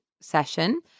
session